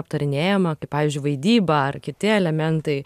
aptarinėjama kaip pavyzdžiui vaidyba ar kiti elementai